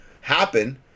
happen